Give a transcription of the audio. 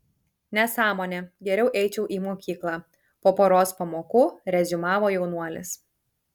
nesąmonė geriau eičiau į mokyklą po poros pamokų reziumavo jaunuolis